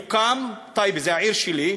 זו העיר שלי,